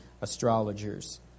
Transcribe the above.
astrologers